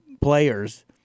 players